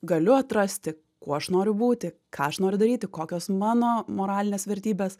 galiu atrasti kuo aš noriu būti ką aš noriu daryti kokios mano moralinės vertybės